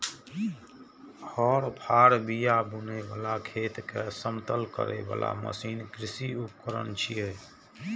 हर, फाड़, बिया बुनै बला, खेत कें समतल करै बला मशीन कृषि उपकरण छियै